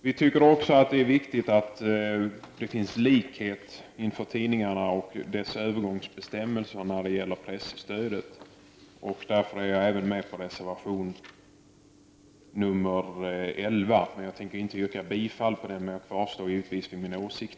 Vi anser också att det är viktigt att det skall finnas en likhet mellan tidningarna i fråga om övergångsbestämmelserna för presstödet. Jag ställer mig därför också bakom reservation nr 11. Jag tänker inte yrka bifall till den, men jag vidhåller givetvis min åsikt.